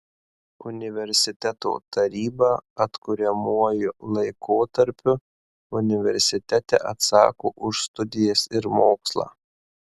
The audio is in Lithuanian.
universiteto taryba atkuriamuoju laikotarpiu universitete atsako už studijas ir mokslą